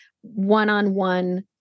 one-on-one